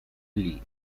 lee